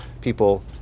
people